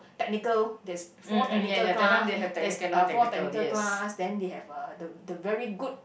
technical there's four technical class there's uh four technical class then they have uh the the very good